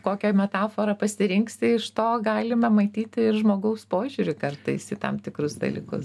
kokią metaforą pasirinksi iš to galima matyti ir žmogaus požiūrį kartais į tam tikrus dalykus